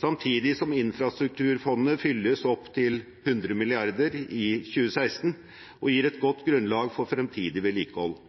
samtidig som infrastrukturfondet fylles opp til 100 mrd. kr i 2016 og gir et godt grunnlag for fremtidig vedlikehold.